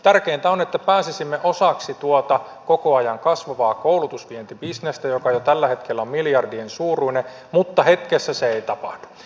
tärkeintä on että pääsisimme osaksi tuota koko ajan kasvavaa koulutusvientibisnestä joka jo tällä hetkellä on miljardien suuruinen mutta hetkessä se ei tapahdu